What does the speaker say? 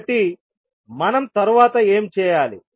కాబట్టి మనం తరువాత ఏమి చేయాలి